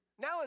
Now